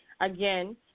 again